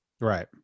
Right